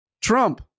Trump